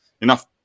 enough